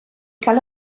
cal